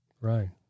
Right